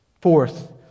Fourth